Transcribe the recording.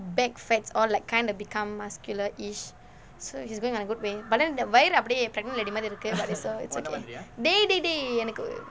bag fats all like kind of become muscular is so he's going on a good way but then the weight update you pregnant edema~ dedicate about yourself it's okay they they the article